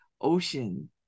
Ocean